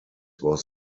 was